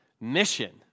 Mission